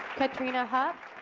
katrina hupp,